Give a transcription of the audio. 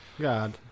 God